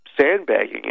sandbagging